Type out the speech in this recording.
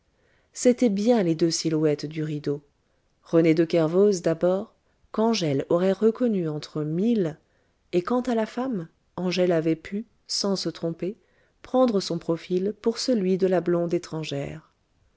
c'étaient bien les deux silhouettes du rideau rené de kervoz d'abord qu'angèle aurait reconnu entre mille et quant à la femme angèle avait pu sans se tromper prendre son profil pour celui de la blonde étrangère